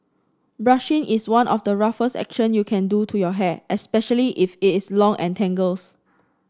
brushing is one of the roughest action you can do to your hair especially if it is long and tangles